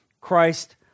Christ